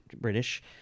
british